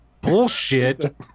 Bullshit